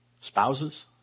spouses